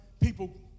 People